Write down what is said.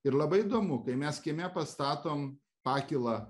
ir labai įdomu kai mes kieme pastatom pakylą